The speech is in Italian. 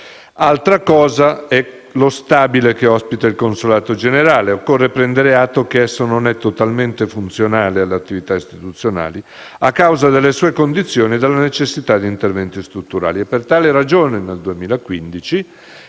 Altra cosa è lo stabile che ospita il consolato generale: occorre prendere atto che non è totalmente funzionale alle attività istituzionali, a causa delle sue condizioni e della necessità di interventi strutturali.